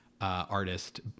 Artist